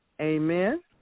Amen